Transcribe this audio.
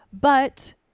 But-